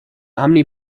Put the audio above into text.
omni